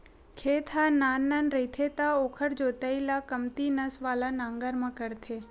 खेत ह नान नान रहिथे त ओखर जोतई ल कमती नस वाला नांगर म करथे